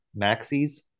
Maxis